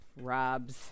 Rob's